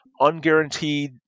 unguaranteed